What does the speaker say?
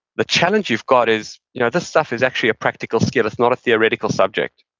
the challenge you've got is you know this stuff is actually a practical skill. it's not a theoretical subject.